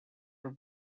were